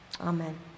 Amen